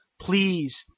Please